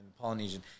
Polynesian